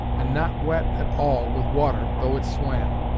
and not wet at all with water, though it swam.